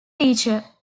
teacher